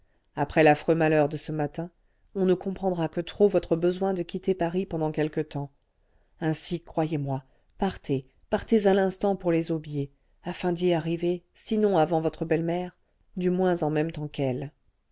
après l'affreux malheur de ce matin on ne comprendra que trop votre besoin de quitter paris pendant quelque temps ainsi croyez-moi partez partez à l'instant pour les aubiers afin d'y arriver sinon avant votre belle-mère du moins en même temps qu'elle